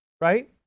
right